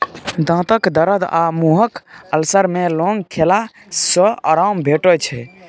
दाँतक दरद आ मुँहक अल्सर मे लौंग खेला सँ आराम भेटै छै